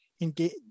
engage